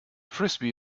frisbee